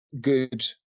good